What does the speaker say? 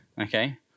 okay